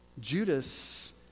Judas